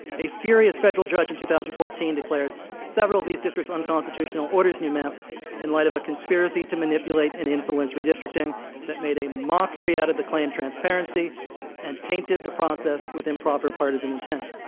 a furious federal judge in two thousand and fourteen declared several of these districts unconstitutional, orders new maps in light of a conspiracy to manipulate and insulate redistricting that made a mockery out of the claim transparency and tainted the process with improper partisan intent.